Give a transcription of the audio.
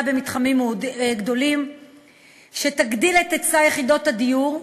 במתחמים גדולים ותגדיל את היצע יחידות הדיור,